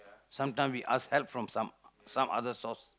sometimes we ask help from some some other source